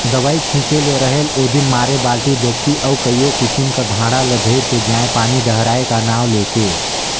दवई छिंचे ले रहेल ओदिन मारे बालटी, डेचकी अउ कइयो किसिम कर भांड़ा ल धइर के जाएं पानी डहराए का नांव ले के